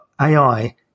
AI